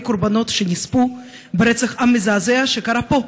קורבנות שנספו ברצח עם מזעזע שקרה פה,